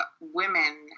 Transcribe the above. women